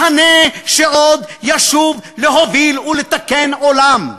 מחנה שעוד ישוב להוביל ולתקן עולם.